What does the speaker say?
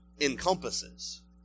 encompasses